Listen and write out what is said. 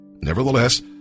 Nevertheless